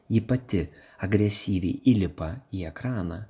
ji pati agresyviai įlipa į ekraną